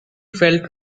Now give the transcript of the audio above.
felt